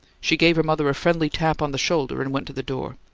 she gave her mother a friendly tap on the shoulder and went to the door.